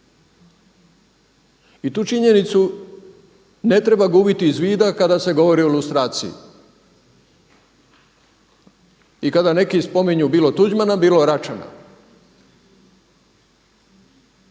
I tu činjenicu ne treba gubiti iz vida kada se govori o lustraciji i kada neki spominju bilo Tuđmana, bilo Račana.